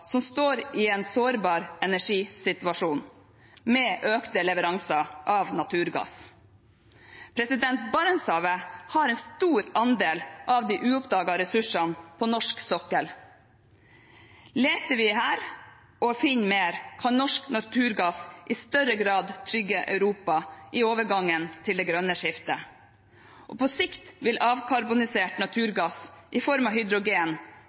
som står i en sårbar energisituasjon, med økte leveranser av naturgass. Barentshavet har en stor andel av de uoppdagede ressursene på norsk sokkel. Leter vi her og finner mer, kan norsk naturgass i større grad trygge Europa i overgangen til det grønne skiftet. På sikt vil avkarbonisert naturgass i form av hydrogen